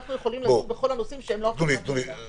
אנו יכולים לדון בכל העניינים- -- אני